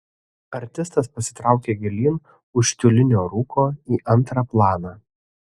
artistas pasitraukė gilyn už tiulinio rūko į antrą planą